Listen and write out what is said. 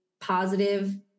positive